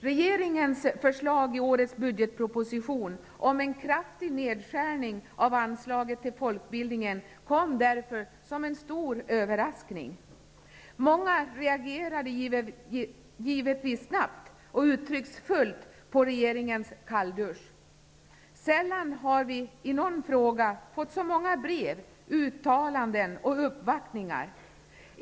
Regeringens förslag i årets budgetproposition om en kraftig nedskärning av anslaget till folkbildningen kom därför som en stor överraskning. Många reagerade givetvis snabbt och uttrycksfullt på regeringens kalldusch. Vi har sällan i någon fråga fått så många brev, uttalanden och uppvaktningar.